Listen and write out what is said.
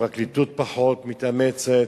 הפרקליטות פחות מתאמצת,